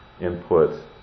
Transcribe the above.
input